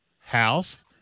house